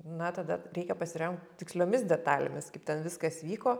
na tada reikia pasiremt tiksliomis detalėmis kaip ten viskas vyko